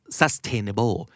sustainable